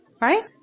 Right